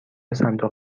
صندوق